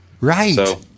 Right